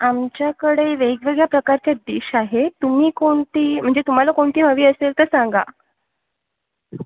आमच्याकडे वेगवेगळ्या प्रकारच्या डिश आहे तुम्ही कोणती म्हणजे तुम्हाला कोणती हवी असेल तर सांगा